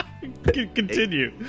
Continue